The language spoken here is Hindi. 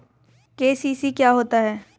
के.सी.सी क्या होता है?